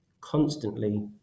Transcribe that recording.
constantly